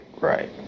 right